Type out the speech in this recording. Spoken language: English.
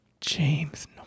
James